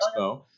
expo